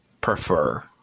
prefer